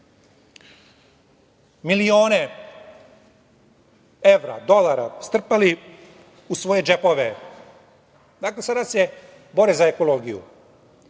milione evra, dolara, strpali u svoje džepove, sada se bore za ekologiju.